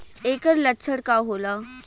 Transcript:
ऐकर लक्षण का होला?